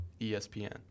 ESPN